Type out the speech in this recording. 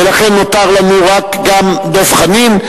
ולכן נותר לנו רק דב חנין,